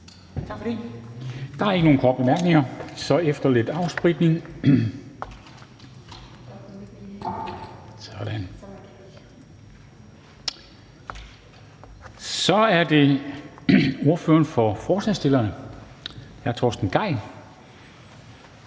Der er ikke nogen korte bemærkninger. Efter lidt afspritning er det ordføreren for forslagsstillerne, hr. Torsten Gejl,